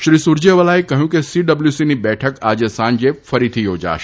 શ્રી સુરજેવાલાએ કહ્યું કે સીડબ્લ્યુસીની બેઠક આજે સાંજે ફરીથી યોજાશે